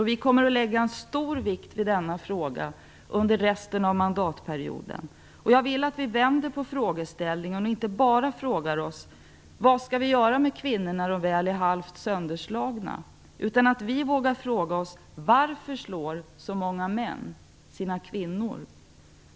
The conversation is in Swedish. Vi kommer att lägga stor vikt vid denna fråga under resten av mandatperioden. Jag vill att vi vänder på frågeställningen och inte bara frågar oss: Vad skall vi göra med kvinnor när de väl är halvt sönderslagna? I stället skall vi våga fråga oss: Varför slår så många män sina kvinnor?